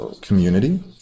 community